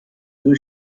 blue